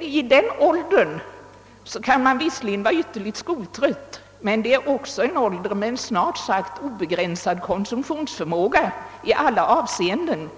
I den här åldern kan man visserligen vara ytterligt skoltrött, men det är också en ålder med en snart sagt obegränsad konsumtionsförmåga i alla avseenden;